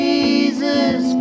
Jesus